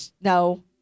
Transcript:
No